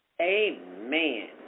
Amen